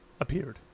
appeared